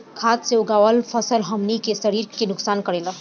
खाद्य से उगावल फसल हमनी के शरीर के नुकसान करेला